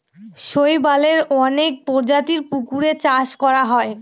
শৈবালের অনেক প্রজাতির পুকুরে চাষ করা হয়